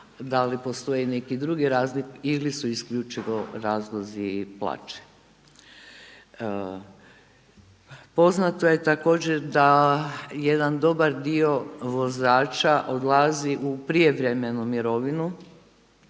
da li postoji neki drugi razlog ili su isključivo razlozi plaće. Poznato je također da jedan dobar dio vozača odlazi u prijevremenu mirovinu